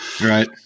Right